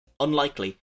unlikely